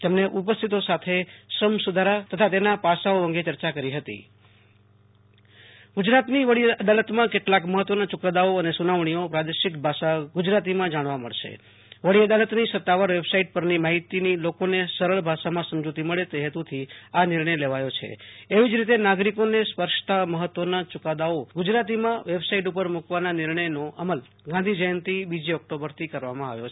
તેમણે ઉપસ્થિતો સાથે શ્રમ સુ ધારા તથા તેના પાસાઓ અંગે ચર્ચા કરી હતી આશુ તોષ અંતાણી રાજય વડી અદાલતનો ચુ કાદો ગુજરાતની વડી અદાલતમાં કેટલાક મહત્વના યૂ કાદાઓ અને સુ નાવણીઓ પ્રાદેશિક ભાષા ગુજરાતીમાં જાણવા મળશે વડી અદાલતની સત્તાવાર વેબસાઇટ પરની માહિતીની લોકોને સરળ ભાષામાં સમજૂતી મળે તે હેતુ થી આ નિર્ણય લેવાયો છે એવી જ રીતે નાગરિકોને સ્પર્શતા મહત્વના યૂ કાદાઓ ગુજરાતીમાં વેબસાઇટ ઉપર મૂ કવાના નિર્ણયનો અમલ ગાંધી જયંતિ બીજી ઓક્ટોબરથી કર વા માં આવ્યો છે